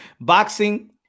boxing